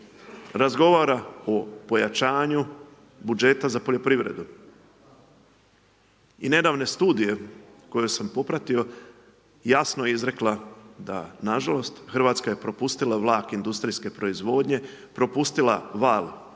razgovara o pojačanju budžeta za poljoprivredu. I nedavna studija koju sam popratio, jasno je izrekla da nažalost Hrvatska je propustila vlak industrijske proizvodnje, propustila val